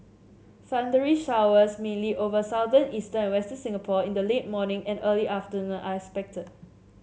thundery showers mainly over southern eastern and western Singapore in the late morning and early afternoon are expected